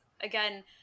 again